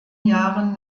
jahren